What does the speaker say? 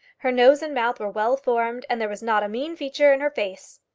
her nose and mouth were well formed, and there was not a mean feature in her face.